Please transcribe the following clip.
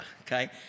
okay